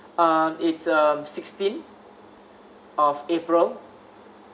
uh it's um sixteenth of april